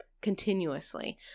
continuously